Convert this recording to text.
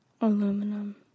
Aluminum